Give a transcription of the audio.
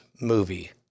movie